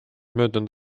möödunud